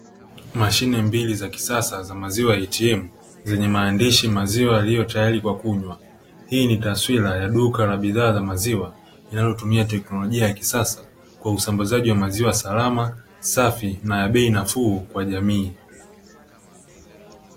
Mashine mbili za kisasa za "maziwa ATM" zenye maandishi maziwa yaliyo tayari kwa kunywa, hii ni taswira ya duka la bidhaa za maziwa linalotumia teknolojia za kisasa kwa usambazaji wa maziwa salama, safi na ya bei nafuu kwa jamii.